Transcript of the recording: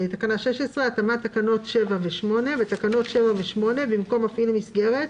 "התאמת תקנות 7 ו-8 16. בתקנות 7 ו-8 במקום "מפעיל מסגרת"